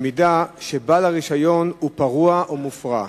במידה שבעל הרשיון הוא פרוע או מופרע.